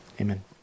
amen